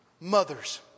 Mothers